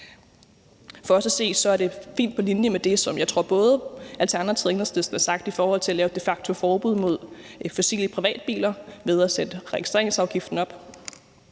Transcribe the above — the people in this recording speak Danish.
For os at se er det fint på linje med det, som jeg tror både Alternativet og Enhedslisten har sagt i forhold til at lave et de facto forbud mod fossile privatbiler ved at sætte registreringsafgiften op.